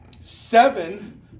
seven